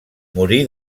morí